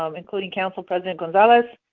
um including council president gonzalez,